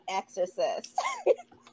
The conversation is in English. exorcist